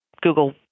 Google